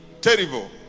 terrible